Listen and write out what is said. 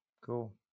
Cool